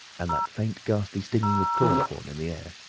and that faint ghastly stinging of chloroform in the air.